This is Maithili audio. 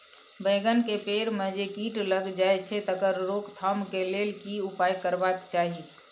बैंगन के पेड़ म जे कीट लग जाय छै तकर रोक थाम के लेल की उपाय करबा के चाही?